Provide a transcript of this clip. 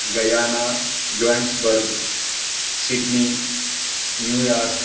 Guyana Johannesburg Sydney New York